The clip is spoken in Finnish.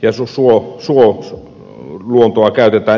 turvesuota ja suoluontoa erilaisiin tarkoituksiin